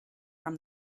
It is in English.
from